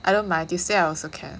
I don't mind tuesday I also can